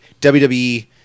WWE